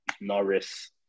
Norris